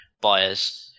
buyers